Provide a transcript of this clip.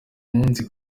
munsi